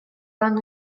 lan